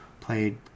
played